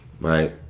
right